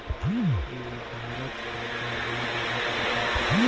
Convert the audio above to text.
इ भारत के केंद्रीय बजट होत हवे